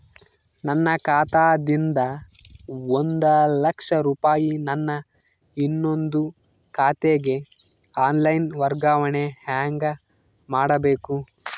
ನನ್ನ ಖಾತಾ ದಿಂದ ಒಂದ ಲಕ್ಷ ರೂಪಾಯಿ ನನ್ನ ಇನ್ನೊಂದು ಖಾತೆಗೆ ಆನ್ ಲೈನ್ ವರ್ಗಾವಣೆ ಹೆಂಗ ಮಾಡಬೇಕು?